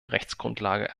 rechtsgrundlage